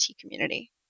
community